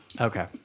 Okay